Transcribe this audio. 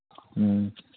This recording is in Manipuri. ꯎꯝ